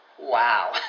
Wow